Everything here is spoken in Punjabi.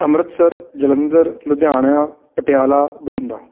ਅੰਮ੍ਰਿਤਸਰ ਜਲੰਧਰ ਲੁਧਿਆਣਾ ਪਟਿਆਲਾ ਬਠਿੰਡਾ